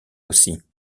aussi